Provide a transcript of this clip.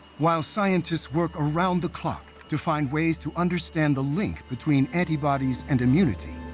while scientists work around the clock to find ways to understand the link between antibodies and immunity,